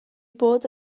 bod